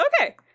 okay